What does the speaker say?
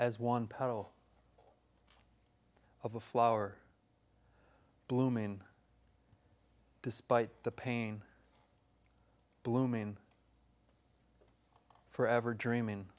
as one puddle of a flower blooming despite the pain blooming forever dreaming